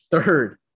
third